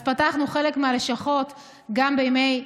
אז פתחנו חלק מהלשכות גם בימי שישי.